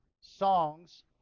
songs